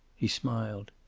he smiled.